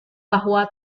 bahwa